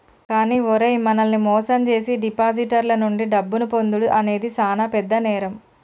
కానీ ఓరై మనల్ని మోసం జేసీ డిపాజిటర్ల నుండి డబ్బును పొందుడు అనేది సాన పెద్ద నేరం